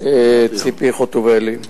ציפי חוטובלי,